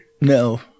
No